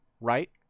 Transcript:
right